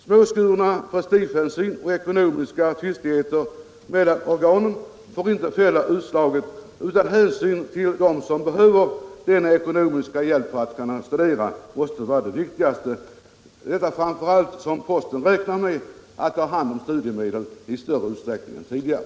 Småskurna prestigehänsyn och ekonomiska tvistigheter mellan organen får inte fälla utslaget, utan hänsynen till dem som behöver denna ekonomiska hjälp för att kunna studera måste vara det viktigaste — detta framför allt som posten räknar med att ha hand om studiemedlen i större utsträckning än tidigare.